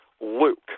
Luke